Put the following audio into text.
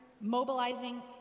mobilizing